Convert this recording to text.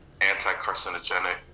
anti-carcinogenic